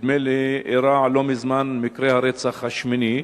נדמה לי, אירע לא מזמן מקרה הרצח השמיני,